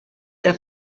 tra